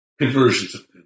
conversions